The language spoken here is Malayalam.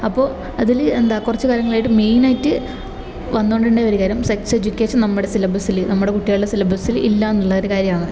അപ്പോൾ അതില് എന്താ കുറച്ച് കാലങ്ങളായിട്ട് മെയിനായിട്ട് വന്നു കൊണ്ടിരുന്ന ഒരു കാര്യം സെക്സ് എജ്യുക്കേഷൻ നമ്മുടെ സിലബസില് നമ്മുടെ കുട്ടികളുടെ സിലബസില് ഇല്ല എന്നുള്ളൊരു കാര്യമാണ്